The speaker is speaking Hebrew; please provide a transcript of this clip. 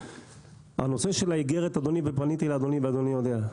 הנושא של האיגרת, ופניתי לאדוני ואדוני יודע,